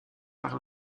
par